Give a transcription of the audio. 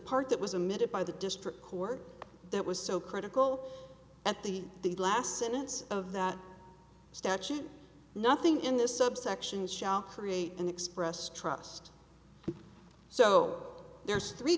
part that was a minute by the district court that was so critical that the the last sentence of that statute nothing in this subsection shall create an express trust so there's three